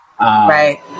Right